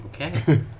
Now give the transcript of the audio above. Okay